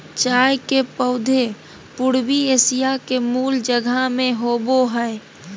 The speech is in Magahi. चाय के पौधे पूर्वी एशिया के मूल जगह में होबो हइ